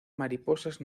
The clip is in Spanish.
mariposas